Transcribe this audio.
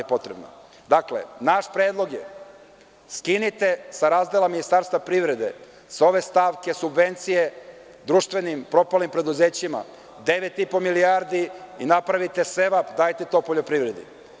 Dakle, naš predlog je – skinite sa razdela Ministarstva privrede, sa ove stavke subvencije, društvenim, propalim preduzećima 9,5 milijardi i napravite sevap, dajte to poljoprivredi.